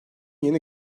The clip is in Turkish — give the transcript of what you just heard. yeni